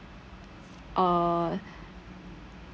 uh